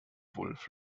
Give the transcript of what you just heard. wulff